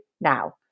now